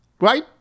right